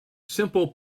simple